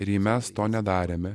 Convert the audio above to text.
ir jei mes to nedarėme